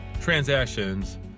transactions